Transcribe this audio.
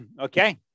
okay